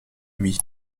lui